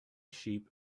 sheep